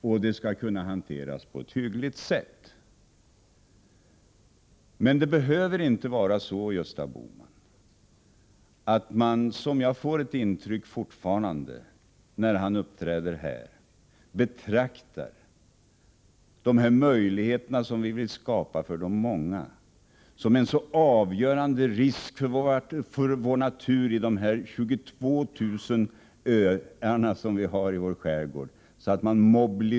Jag får fortfarande ett intryck av, när Gösta Bohman uppträder här, att han betraktar de möjligheter som vi vill skapa för de många som ett hot mot naturen på de 22 000 öarna i vår skärgård.